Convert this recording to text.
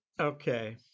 Okay